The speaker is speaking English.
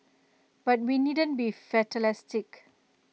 but we needn't be fatalistic